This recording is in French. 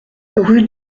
rue